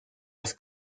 las